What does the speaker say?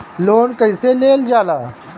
Loan कईसे लेल जाला?